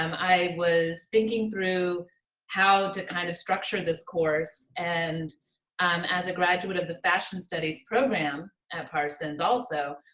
um i was thinking through how to kind of structure this course and um as a graduate of the fashion studies program at parsons. also,